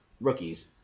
rookies